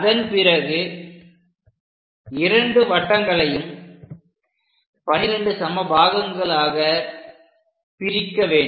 அதன்பிறகு இரண்டு வட்டங்களையும் 12 சம பாகங்களாக பிரிக்க வேண்டும்